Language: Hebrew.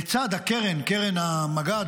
לצד קרן המג"ד,